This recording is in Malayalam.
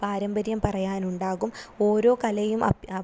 പാരമ്പര്യം പറയാനുണ്ടാകും ഓരോ കലയും അഭ്യാസം